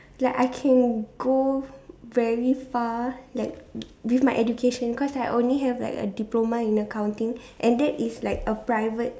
like I can go very far like with my education cause I only have like a diploma in accounting and that is like a private